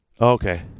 Okay